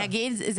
אני אגיד,